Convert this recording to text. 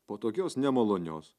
po tokios nemalonios